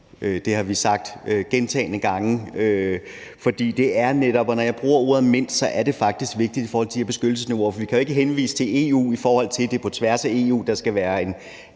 Det har vi sagt gentagne gange. Når jeg bruger ordet mindst, er det faktisk vigtigt i forhold til de her beskyttelsesniveauer, for vi kan jo ikke henvise til EU, i forhold til at det er på tværs af EU, der skal være 10